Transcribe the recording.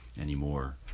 anymore